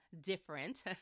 different